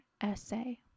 essay